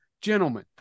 gentlemen